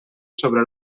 sobre